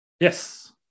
yes